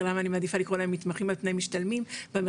למה אני מעדיפה לקרוא להם מתמחים על פני משתלמים - במרכז,